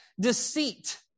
Deceit